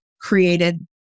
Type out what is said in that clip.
created